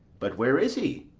but where is he?